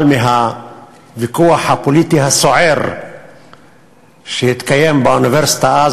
אבל מהוויכוח הפוליטי הסוער שהתקיים באוניברסיטה אז